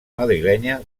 madrilenya